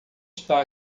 está